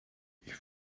ich